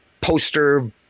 poster